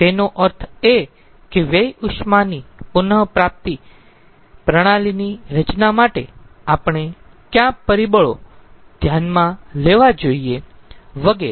તેનો અર્થ એ કે વ્યય ઉષ્મા ની પુન પ્રાપ્તિ પ્રણાલીની રચના માટે આપણે કયા પરિબળોને ધ્યાનમાં રાખવા જોઈયે વગેરે